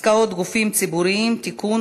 עסקאות גופים ציבוריים (תיקון,